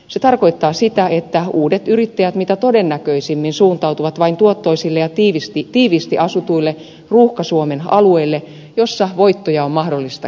se tarkoittaa sitä että uudet yrittäjät mitä todennäköisimmin suuntautuvat vain tuottoisille ja tiiviisti asutuille ruuhka suomen alueille joissa voittoja on mahdollista kerätä